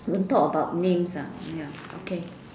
don't talk about names ah ya okay